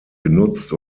genutzt